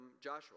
Joshua